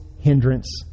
hindrance